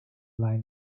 lie